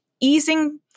easing